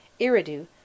Iridu